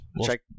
check